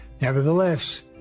Nevertheless